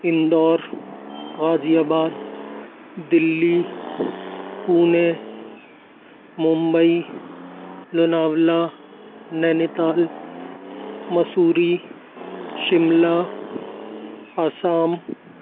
Indore Ghaziabad Delhi Pune Mumbai Lonavala Nainital Mussoorie Shimla Assam